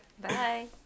Bye